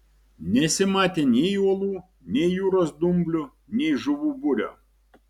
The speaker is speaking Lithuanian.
nesimatė nei uolų nei jūros dumblių nei žuvų būrio